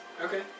Okay